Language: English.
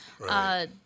right